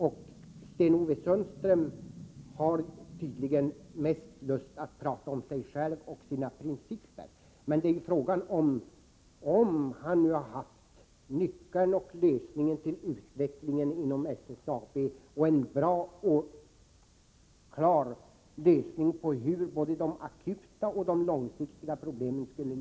Sten-Ove Sundström har tydligen mest lust att prata om sig själv och sina principer. Men frågan är om han nu har nyckeln och lösningen till utvecklingen inom SSAB — och en bra och klar lösning på både de akuta och de långsiktiga problemen.